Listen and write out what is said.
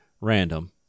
random